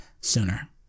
sooner